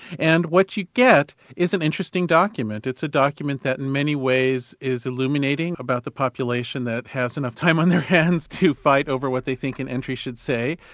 and what you get is an interesting document. it's a document that in many ways is illuminating about the population that has enough time on their hands to fight over what they think an entry should say.